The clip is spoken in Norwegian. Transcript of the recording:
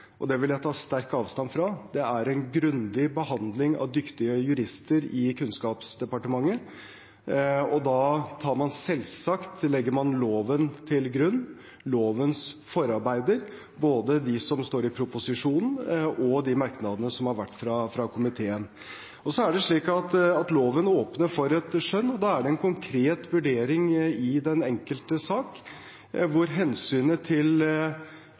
det ikke var en grundig behandling. Det vil jeg sterkt ta avstand fra. Det er en grundig behandling av dyktige jurister i Kunnskapsdepartementet. Da legger man selvsagt loven og lovens forarbeider til grunn – både det som står i proposisjonen, og de merknadene som har kommet fra komiteen. Så er det slik at loven åpner for et skjønn, og da er det en konkret vurdering i den enkelte sak der hensynet til